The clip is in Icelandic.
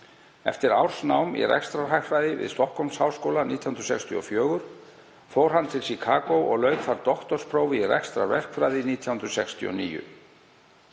Eftir ársnám í rekstrarhagfræði við Stokkhólmsháskóla 1964 fór hann til Chicago og lauk þar doktorsprófi í rekstrarverkfræði 1969.